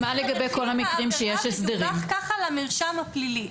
ידווח כך למרשם הפלילי,